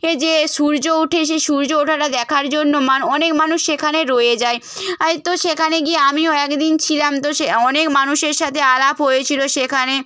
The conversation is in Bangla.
এ যে সূর্য ওঠে সেই সূর্য ওঠাটা দেখার জন্য মান অনেক মানুষ সেখানে রয়ে যায় আয় তো সেখানে গিয়ে আমিও একদিন ছিলাম তো সে অনেক মানুষের সাথে আলাপ হয়েছিল সেখানে